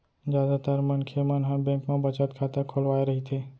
जादातर मनखे मन ह बेंक म बचत खाता खोलवाए रहिथे